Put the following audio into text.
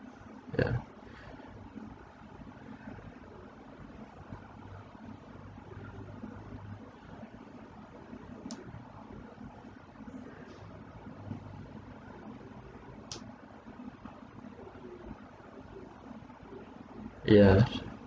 yeah yeah